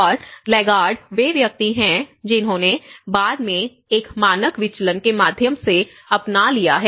और लैगार्ड वे व्यक्ति हैं जिन्होंने बाद में एक मानक विचलन के माध्यम से अपना लिया है